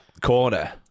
corner